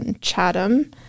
Chatham